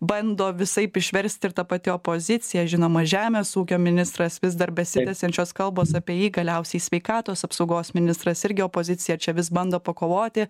bando visaip išverst ir ta pati opozicija žinoma žemės ūkio ministras vis dar besitęsiančios kalbos apie jį galiausiai sveikatos apsaugos ministras irgi opozicija čia vis bando pakovoti